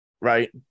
right